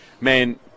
man